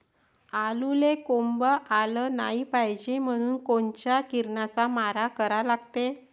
आलूले कोंब आलं नाई पायजे म्हनून कोनच्या किरनाचा मारा करा लागते?